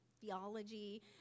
theology